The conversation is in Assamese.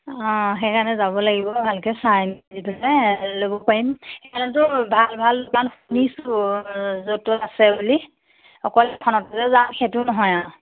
অঁ সেইকাৰণে যাব লাগিব ভালকে চাই মেলি পেলাই ল'ব পাৰিম সেইকাৰণেতো ভাল ভাল শুনিছোঁ য'ত ত'ত আছে বুলি অকল এখনতে যাম সেইটো নহয় আৰু